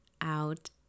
out